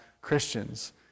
Christians